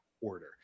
order